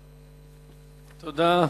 תודה.